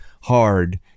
hard